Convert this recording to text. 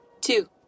Two